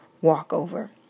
walkover